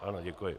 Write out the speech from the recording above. Ano, děkuji.